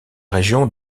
région